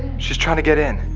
she's trying to get in.